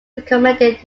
recommended